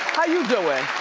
how you doin'?